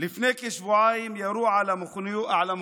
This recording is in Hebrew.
לפני כשבועיים ירו על המכונית